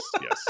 Yes